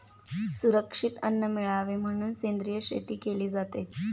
सुरक्षित अन्न मिळावे म्हणून सेंद्रिय शेती केली जाते